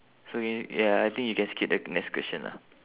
so means ya I think you can skip the next question lah